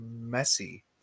messy